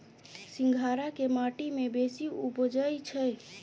सिंघाड़ा केँ माटि मे बेसी उबजई छै?